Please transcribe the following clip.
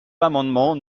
l’amendement